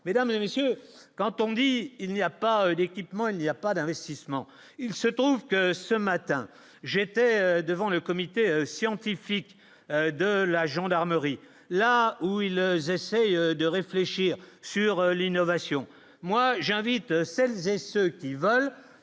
mesdames et messieurs, quand on dit il n'y a pas d'équipement, il y a pas d'investissement, il se trouve que ce matin j'étais devant le comité scientifique de la gendarmerie, là où ils essayent de réfléchir sur l'innovation, moi j'invite celles et ceux qui veulent